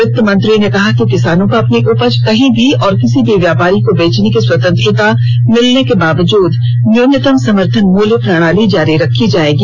वित्त मंत्री ने कहा कि किसानों को अपनी उपज कहीं भी और किसी भी व्यापारी को बेचने की स्वतंत्रता मिलने के बावजूद न्यूनतम समर्थन मूल्य प्रणाली जारी रखी जाएगी